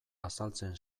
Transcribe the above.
azaltzen